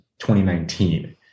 2019